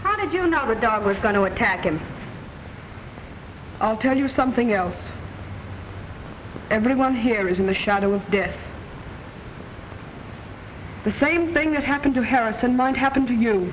how did you know the dog was going to attack and i'll tell you something else everyone here is in the shadow of death the same thing that happened to harrison might happen to you